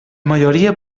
majoria